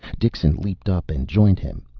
dixon leaped up and joined him.